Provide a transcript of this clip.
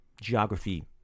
geography